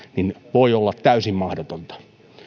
voi olla täysin mahdotonta